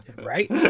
Right